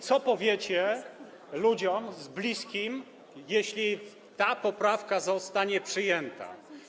Co powiecie ludziom, bliskim, jeśli ta poprawka zostanie przyjęta?